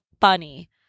funny